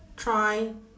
try